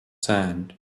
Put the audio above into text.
sand